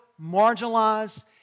marginalized